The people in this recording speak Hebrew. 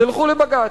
תלכו לבג"ץ.